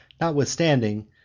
notwithstanding